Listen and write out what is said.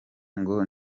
ngo